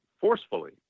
forcefully